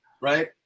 right